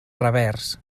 revers